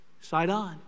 Sidon